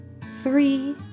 three